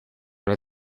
nel